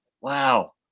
wow